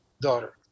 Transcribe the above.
daughter